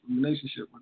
relationship